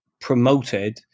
promoted